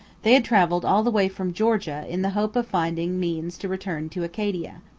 they had travelled all the way from georgia in the hope of finding means to return to acadia.